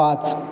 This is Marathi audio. पाच